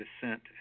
descent